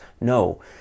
No